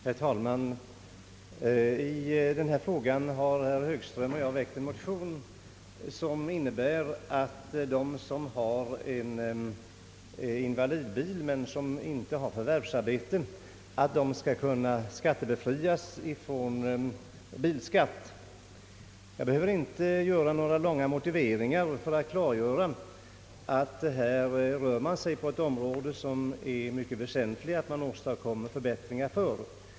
Herr talman! I denna fråga har herr Högström och jag väckt en motion om att den som har invalidbil, men som inte har förvärvsarbete, skall kunna befrias från bilskatt. Det behövs inga långa motiveringar för att klargöra, att man på detta område bör åstadkomma förbättringar.